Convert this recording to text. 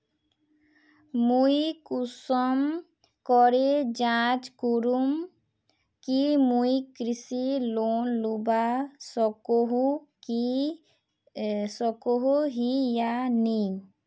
मुई कुंसम करे जाँच करूम की मुई कृषि लोन लुबा सकोहो ही या नी?